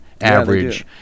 average